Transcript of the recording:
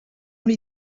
lui